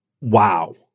wow